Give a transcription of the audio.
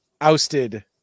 ousted